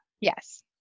Yes